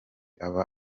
aba